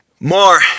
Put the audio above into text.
More